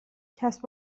کسب